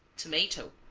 tomato.